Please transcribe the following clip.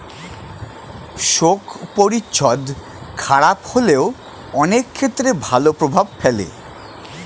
শোক পরিচ্ছদ খারাপ হলেও অনেক ক্ষেত্রে ভালো প্রভাব ফেলে